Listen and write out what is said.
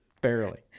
Barely